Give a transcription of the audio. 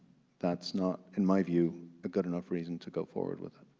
that's not in my view a good enough reason to go forward with it.